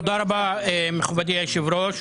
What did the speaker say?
תודה רבה, מכובדי היושב-ראש,